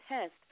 test